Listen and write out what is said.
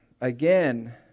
again